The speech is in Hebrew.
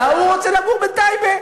תועברנה לדיון בוועדת הכספים.